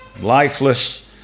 lifeless